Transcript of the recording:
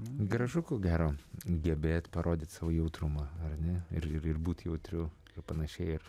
gražu ko gero gebėt parodyt savo jautrumą ar ne ir ir būt jautriu panašiai ir